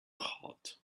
hot